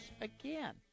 again